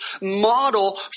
model